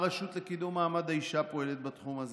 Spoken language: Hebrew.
הרשות לקידום מעמד האישה פועלת בתחום הזה,